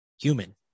human